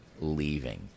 leaving